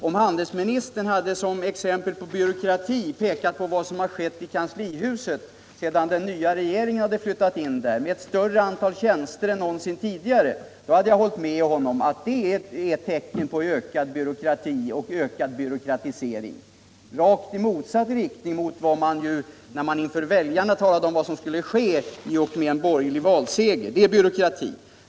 Om handelsministern som exempel på byråkrati hade pekat på vad som har skett i kanslihuset sedan den nya regeringen flyttade in där — med ett större antal tjänster än någonsin tidigare — hade jag hållit med honom om att det är ett tecken på ökad byråkrati och ökad byråkratisering. Där har det gått i rakt motsatt riktning mot vad man lovade när man inför väljarna talade om vad som skulle ske i och med en borgerlig valseger.